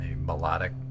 melodic